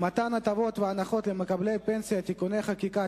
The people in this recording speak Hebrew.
מתן הטבות והנחות למקבלי פנסיה (תיקוני חקיקה),